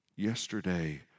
Yesterday